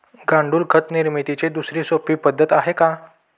गांडूळ खत निर्मितीची दुसरी सोपी पद्धत आहे का?